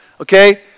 Okay